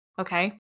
okay